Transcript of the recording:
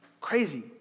Crazy